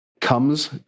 comes